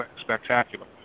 spectacular